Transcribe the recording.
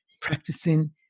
practicing